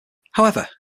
however